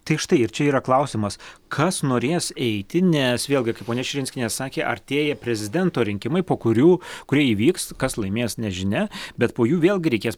tai štai ir čia yra klausimas kas norės eiti nes vėlgi kaip ponia širinskienė sakė artėja prezidento rinkimai po kurių kurie įvyks kas laimės nežinia bet po jų vėlgi reikės